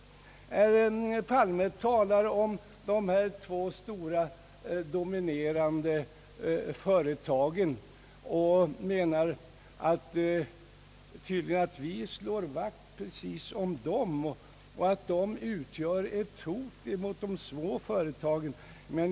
Herr Palme talar om de två stora dominerande företagen och menar tydligen att vi reservanter slår vakt just om dem och att de utgör ett hot mot de små företagen.